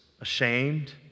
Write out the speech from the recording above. ashamed